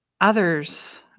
others